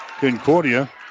Concordia